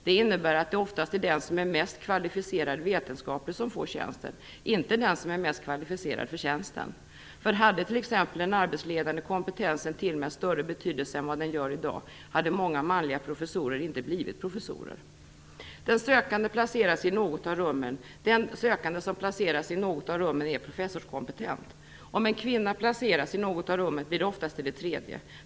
Det innebär att det oftast är den som är mest kvalificerad vetenskapligt som får tjänsten, inte den som är mest kvalificerad för den. För hade t.ex. den arbetsledande kompetensen tillmätts större betydelse än vad den gör i dag hade många manliga professorer inte blivit professorer. Den sökande som placeras i något av rummen är professorskompetent. Om en kvinna placeras i något av rummen blir det oftast i det tredje.